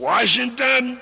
Washington